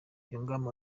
yungamo